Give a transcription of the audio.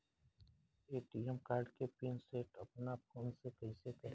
ATM card के PIN set अपना phone से कइसे करेम?